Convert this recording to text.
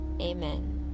Amen